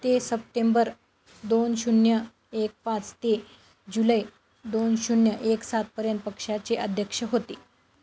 ते सप्टेंबर दोन शून्य एक पाच ते जुलै दोन शून्य एक सातपर्यंत पक्षाचे अध्यक्ष होते